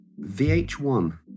VH1